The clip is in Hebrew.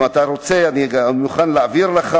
אם אתה רוצה אני מוכן להעביר לך